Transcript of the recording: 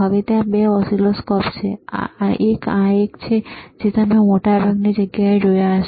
હવે ત્યાં 2 ઓસિલોસ્કોપ્સ છે એક આ એક છે જે તમે મોટાભાગની જગ્યાએ જોયા હશે